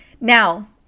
now